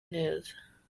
neza